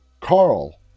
Carl